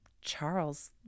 Charles